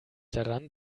daran